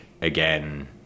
again